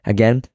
Again